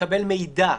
לקבל מידע,